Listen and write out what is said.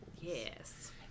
Yes